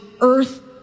earth